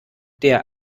der